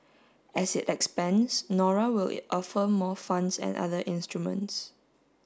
as it expands Nora will it offer more funds and other instruments